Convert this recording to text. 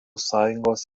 sąjungos